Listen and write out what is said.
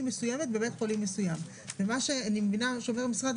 אנחנו מסיימים את ההקראות ואז נדון גם עם האוצר,